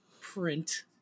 Print